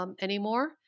Anymore